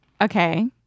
Okay